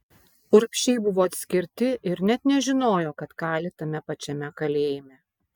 urbšiai buvo atskirti ir net nežinojo kad kali tame pačiame kalėjime